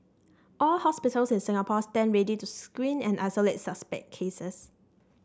all hospitals in Singapore stand ready to screen and isolate suspect cases